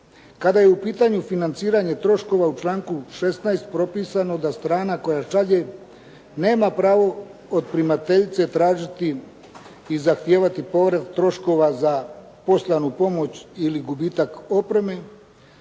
Kada je u pitanju financiranje troškova u članku 16. propisano da strana koja šalje, nema pravo od primateljice tražiti i zahtijevati povrat troškova za poslanu pomoć ili gubitak opreme,